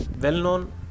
well-known